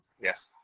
yes